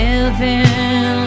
Living